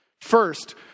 First